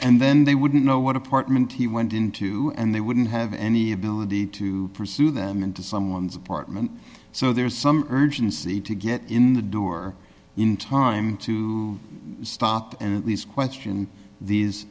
then they wouldn't know what apartment he went into and they wouldn't have any ability to pursue them into someone's apartment so there's some urgency to get in the door in time to stop and at least question these